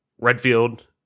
Redfield